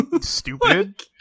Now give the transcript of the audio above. Stupid